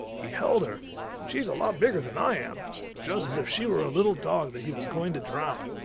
he held her and she's a lot bigger than i am just as if she were a little dog that he was going to drown.